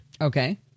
okay